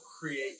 create